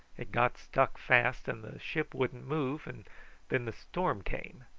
it got stuck fast, and the ship wouldn't move and then the storm came.